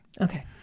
Okay